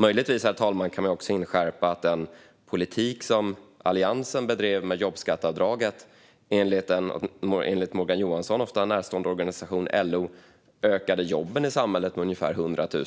Man kan, herr talman, möjligtvis också inskärpa att den politik som Alliansen bedrev, med jobbskatteavdraget, enligt den Morgan Johansson ofta närstående organisationen LO ökade jobben i samhället med ungefär 100 000.